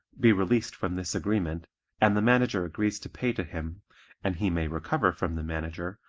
be released from this agreement and the manager agrees to pay to him and he may recover from the manager,